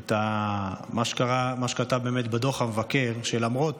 את מה שכתב בדוח המבקר: למרות